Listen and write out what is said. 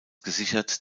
gesichert